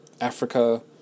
Africa